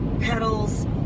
pedals